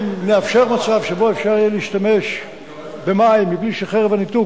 אם נאפשר מצב שבו יהיה אפשר להשתמש במים בלי ש"חרב הניתוק",